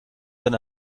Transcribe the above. dann